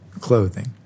clothing